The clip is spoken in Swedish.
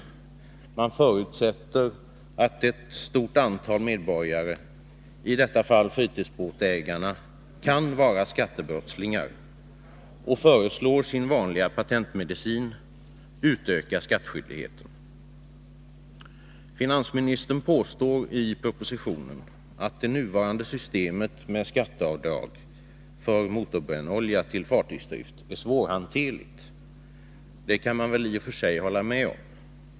De förutsätter att ett stort antal medborgare, i detta fall fritidsbåtsägarna, kan vara skattebrottslingar. Allmän energiskatt De föreslår sin vanliga patentmedicin: en utökning av skattskyldigheten. på fartygsbränsle Finansministern påstår i propositionen att det nuvarande systemet med skatteavdrag för motorbrännolja, avsedd för fartygsdrift, är svårhanterligt. Det kan man i och för sig hålla med om.